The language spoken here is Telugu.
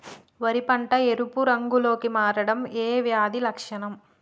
వరి పంట ఎరుపు రంగు లో కి మారడం ఏ వ్యాధి లక్షణం?